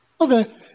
Okay